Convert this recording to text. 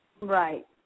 Right